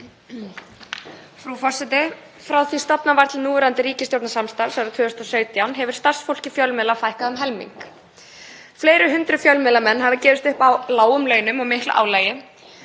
Frú forseti. Frá því að stofnað var til núverandi ríkisstjórnarsamstarfs árið 2017 hefur starfsfólki fjölmiðla fækkað um helming. Fleiri hundruð fjölmiðlamenn hafa gefist upp á lágum launum og miklu álagi.